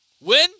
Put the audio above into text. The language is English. Win